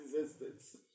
existence